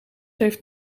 heeft